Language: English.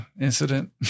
incident